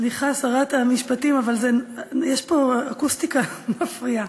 שרת המשפטים, סליחה, אבל יש פה אקוסטיקה מפריעה.